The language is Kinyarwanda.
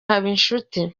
habinshuti